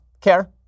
care